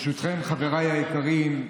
ברשותכם, חבריי היקרים,